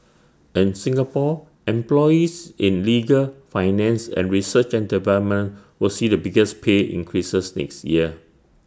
in Singapore employees in legal finance and research and development will see the biggest pay increases next year